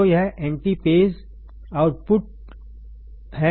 तो यह एंटीपेज़ आउटपुट है